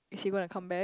is he gonna come back